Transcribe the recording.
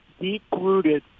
deep-rooted